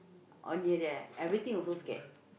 on ya there everything also scared